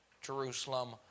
Jerusalem